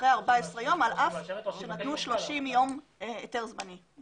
אחרי 14 ימים על אף שנתנו 30 ימים היתר זמני.